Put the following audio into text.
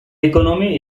economy